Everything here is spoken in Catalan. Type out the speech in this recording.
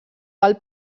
alt